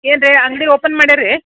ಏನು ರೀ ಅಂಗಡಿ ಓಪನ್ ಮಾಡ್ಯಾರಿ